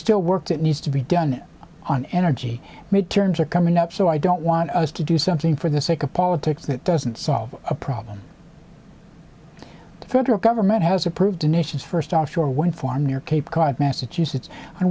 still work that needs to be done on energy midterms are coming up so i don't want us to do something for the sake of politics that doesn't solve a problem the federal government has approved the nation's first offshore wind farm near cape cod massachusetts